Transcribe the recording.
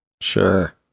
Sure